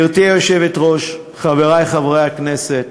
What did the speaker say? גברתי היושבת-ראש, חברי חברי הכנסת,